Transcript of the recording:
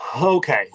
Okay